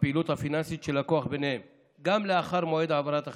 הפעילות הפיננסית של לקוח ביניהם גם לאחר מועד העברת החשבון,